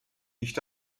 nicht